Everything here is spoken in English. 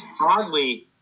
oddly